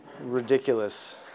ridiculous